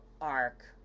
arc